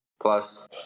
plus